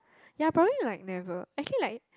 ya probably like never actually like